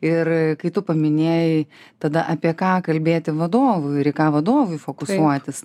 ir kai tu paminėjai tada apie ką kalbėti vadovui ir į ką vadovui fokusuotis